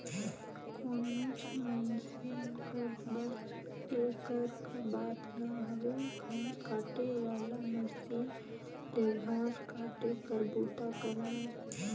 कोनोच मइनसे कर बस कर बात ना हवे घांस काटे वाला मसीन ले घांस काटे कर बूता करना